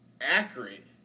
Accurate